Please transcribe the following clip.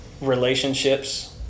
relationships